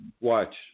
watch